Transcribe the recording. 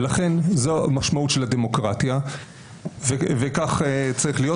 לכן זו המשמעות של הדמוקרטיה וכך צריך להיות.